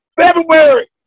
February